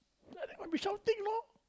like that must be shouting know